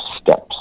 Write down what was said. steps